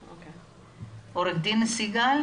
פנסיה,